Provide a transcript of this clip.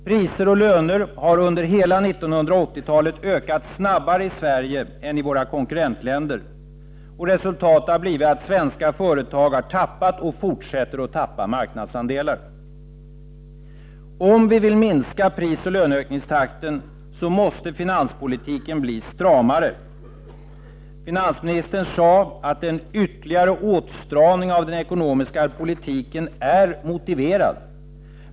Priser och löner har under hela 1980-talet ökat snabbare i Sverige än i våra konkurrentländer. Resultatet har blivit att svenska företag har tappat — och fortsätter att tappa - marknadsandelar. Om vi vill minska prisoch löneökningstakten måste finanspolitiken bli stramare. Finansministern sade att ”en ytterligare åtstramning av den ekonomiska politiken är motiverad”.